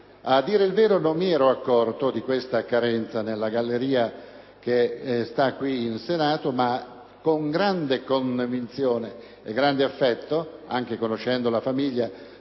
A dire il vero, non mi ero accorto di questa carenza nella galleria che è qui in Senato, ma con grande convinzione e affetto, anche conoscendone la famiglia,